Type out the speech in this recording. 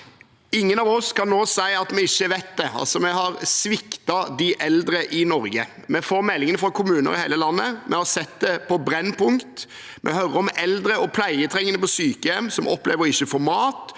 Ingen av oss kan nå si at vi ikke vet det: Vi har sviktet de eldre i Norge. Vi får meldinger fra kommuner over hele landet, vi har sett det på Brennpunkt, og vi hører om eldre og pleietrengende på sykehjem som opplever ikke å få mat.